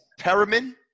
Perriman